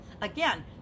again